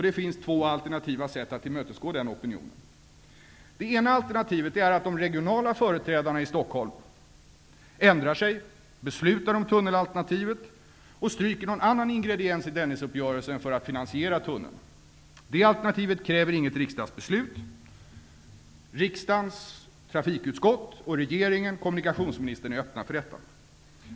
Det finns två alternativa sätt att tillmötesgå den opinionen. Det ena alternativet är att de regionala företrädarna i Stockholm ändrar sig, beslutar om tunnelalternativet, och stryker någon annan ingrediens i Dennisuppgörelsen för att finansiera tunneln. Det alternativet kräver inget riksdagsbeslut. Riksdagens trafikutskott, regeringen och kommunikationsministern är öppna för detta.